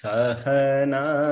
Sahana